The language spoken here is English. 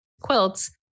quilts